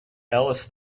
alice